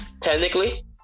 technically